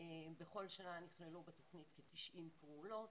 בכל שנה נכללו בתוכנית כ-90 פעולות,